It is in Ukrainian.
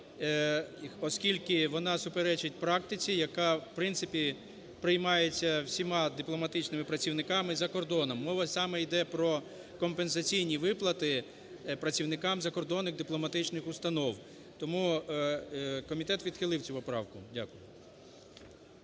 оскільки вона суперечить практиці, яка в принципі приймається всіма дипломатичними працівниками за кордоном. Мова саме йде про компенсаційні виплати працівникам закордонних дипломатичних установ. Тому комітет відхилив цю поправку. Дякую.